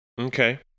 Okay